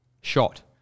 shot